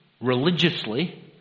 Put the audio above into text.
Religiously